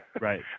right